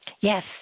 Yes